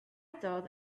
thought